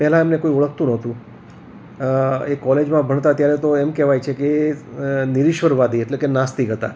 પહેલાં એમને કોઈ ઓળખતું નહોતું એ કોલેજમાં ભણતા ત્યારે તો એમ કહેવાય છે કે એ નિરીશ્વરવાદી એટલે કે નાસ્તિક હતા